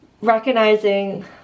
recognizing